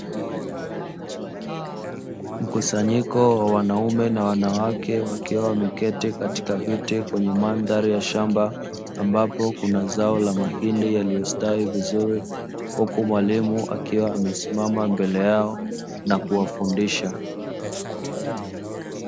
Mkusanyiko wa wanaume na wanawake, wakiwa wameketi katika viti kwenye mandhari ya shamba, ambapo kuna zao la mahindi yaliyostawi vizuri, huku mwalimu akiwa amesimama mbele yao na kuwafundisha.